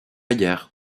guerre